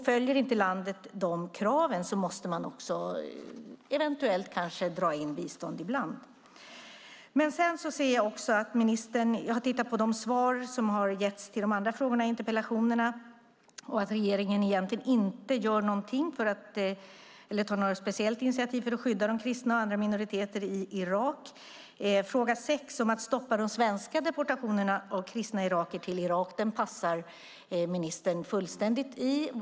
Följer inte landet de kraven måste man eventuellt dra in bistånd ibland. Jag har tittat på de svar som har getts på de andra frågorna i interpellationen, att regeringen egentligen inte tar något speciellt initiativ för att skydda de kristna och andra minoriteter i Irak. I fråga 6 om att stoppa de svenska deportationerna av kristna irakier till Irak passar ministern fullständigt.